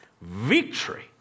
victory